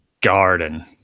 Garden